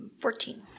Fourteen